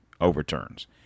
overturns